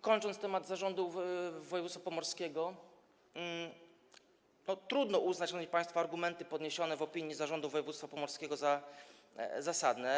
Kończąc temat Zarządu Województwa Pomorskiego - trudno uznać, szanowni państwo, argumenty podniesione w opinii Zarządu Województwa Pomorskiego za zasadne.